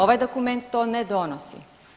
Ovaj dokument to ne donosi.